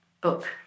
book